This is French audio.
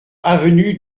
avenue